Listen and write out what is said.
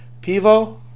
Pivo